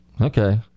Okay